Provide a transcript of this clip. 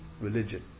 religion